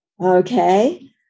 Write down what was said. Okay